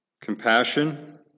compassion